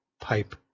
Pipe